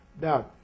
Now